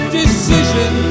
decision